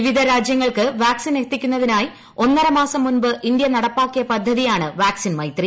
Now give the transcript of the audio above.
വിവിധ രാജ്യങ്ങൾക്ക് വാക്സിൻ എത്തിക്കുന്നതിനായി ഒന്നര മാസം മുൻപ് ഇന്ത്യ നടപ്പാക്കിയ പദ്ധതിയാണ് വാക്സിൻ മൈത്രി